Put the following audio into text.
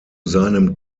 seinem